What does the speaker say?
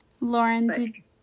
Lauren